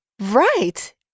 Right